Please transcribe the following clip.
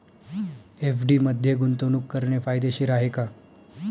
FD मध्ये गुंतवणूक करणे फायदेशीर आहे का?